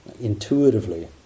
intuitively